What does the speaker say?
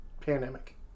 Pandemic